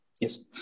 Yes